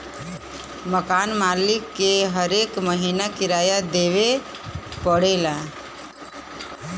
मकान मालिक के हरे महीना किराया देवे पड़ऽला